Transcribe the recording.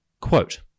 Quote